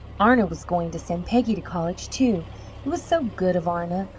arna was going to send peggy to college, too it was so good of arna!